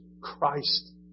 Christ